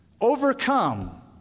overcome